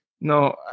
no